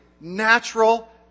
natural